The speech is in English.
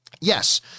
Yes